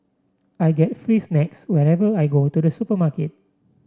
I get free snacks whenever I go to the supermarket